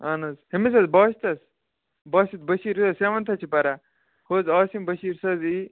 اَہن حظ ہُمِس حظ باسطس باسط بٔشیٖر یُس حظ سیٚونتھَس چھُ پَران ہُہ حظ عاصم بٔشیٖر سُہ حظ یی